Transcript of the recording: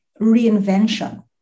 reinvention